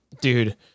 dude